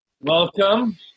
Welcome